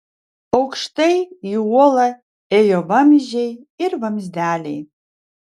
aukštai į uolą ėjo vamzdžiai ir vamzdeliai